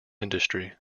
industry